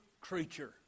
creature